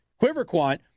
QuiverQuant